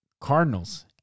Cardinals